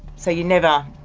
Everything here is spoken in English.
so you never,